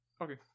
Okay